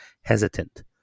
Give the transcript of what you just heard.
hesitant